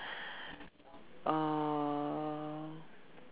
oh